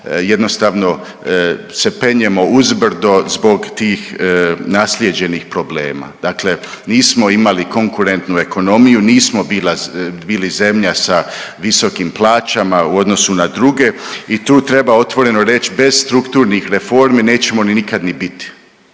jednostavno se penjemo uzbrdo zbog tih naslijeđenih problema, dakle nismo imali konkurentnu ekonomiju, nismo bili zemlja sa visokim plaćama u odnosu na druge i tu treba otvoreno reć bez strukturnih reformi nećemo nikad ni biti,